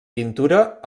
pintura